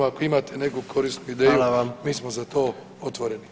Ako imate neku korisnu ideju [[Upadica predsjednik: Hvala vam.]] mi smo za to otvoreni.